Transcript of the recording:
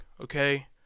okay